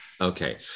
Okay